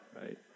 right